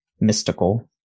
mystical